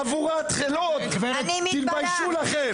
חבורת חלאות, תתביישו לכם.